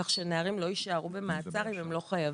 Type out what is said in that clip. כך שנערים לא יישארו במעצר אם הם לא חייבים.